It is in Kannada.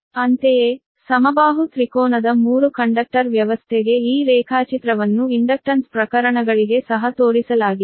ಅಂತೆಯೇ ಸಮಬಾಹು ತ್ರಿಕೋನದ 3 ಕಂಡಕ್ಟರ್ ವ್ಯವಸ್ಥೆಗೆ ಈ ರೇಖಾಚಿತ್ರವನ್ನು ಇಂಡಕ್ಟನ್ಸ್ ಪ್ರಕರಣಗಳಿಗೆ ಸಹ ತೋರಿಸಲಾಗಿದೆ